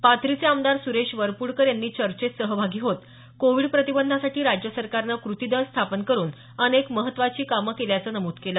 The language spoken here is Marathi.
पाथरीचे आमदार सुरेश वरपूडकर यांनी चर्चेत सहभागी होत कोविड प्रतिबंधासाठी राज्य सरकारनं कृती दल स्थापन करुन अनेक महत्वाची कामं केल्याचं नमूद केलं